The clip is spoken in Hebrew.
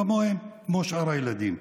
כמו שאר הילדים.